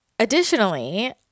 Additionally